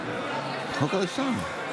(קורא בשם חבר הכנסת)